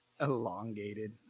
Elongated